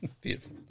Beautiful